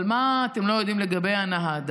אבל מה אתם לא יודעים לגבי הנהדה?